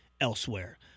elsewhere